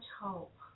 hope